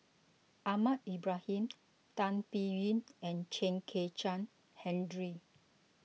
Ahmad Ibrahim Tan Biyun and Chen Kezhan Henri